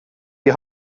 die